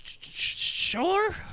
Sure